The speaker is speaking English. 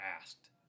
asked